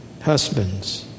husbands